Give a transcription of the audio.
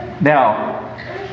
Now